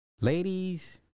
Ladies